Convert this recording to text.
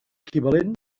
equivalent